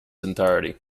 entirety